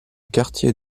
quartier